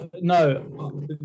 no